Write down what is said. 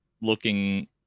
looking